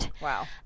Wow